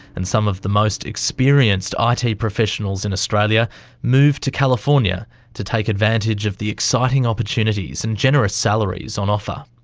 and some of the most experienced ah it professionals in australia moved to california to take advantage of the exciting opportunities and generous salaries on offer.